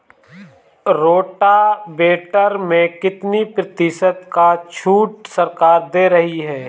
Rotavator में कितनी प्रतिशत का छूट सरकार दे रही है?